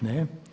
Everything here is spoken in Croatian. Ne.